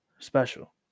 special